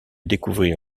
découvrir